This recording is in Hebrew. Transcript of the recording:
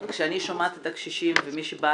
כשאני שומעת את הקשישים ומי שבא